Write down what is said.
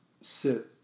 sit